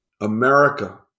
America